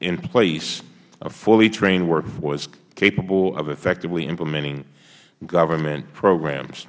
in place a fully trained workforce capable of effectively implementing government programs